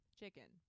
chicken